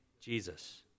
Jesus